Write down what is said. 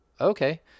okay